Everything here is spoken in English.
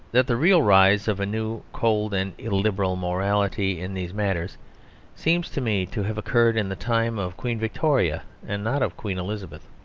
that the real rise of a new, cold, and illiberal morality in these matters seems to me to have occurred in the time of queen victoria, and not of queen elizabeth.